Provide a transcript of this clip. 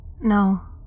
No